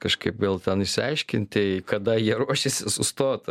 kažkaip gal ten išsiaiškinti kada jie ruošiasi sustot